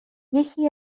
یکی